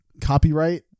copyright